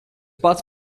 pats